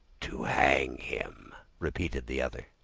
to hang him, repeated the other.